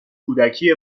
کودکی